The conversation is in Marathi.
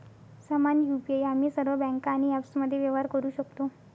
समान यु.पी.आई आम्ही सर्व बँका आणि ॲप्समध्ये व्यवहार करू शकतो